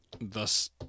Thus